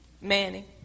Manny